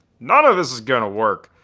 none of this is gonna work.